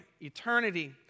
Eternity